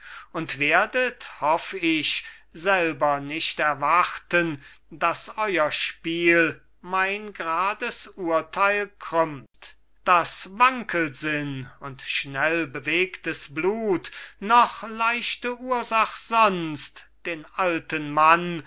und werdet hoff ich selber nicht erwarten daß euer spiel mein grades urteil krümmt daß wankelsinn und schnell bewegtes blut noch leichte ursach sonst den alten mann